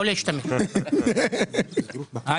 אני